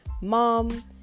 mom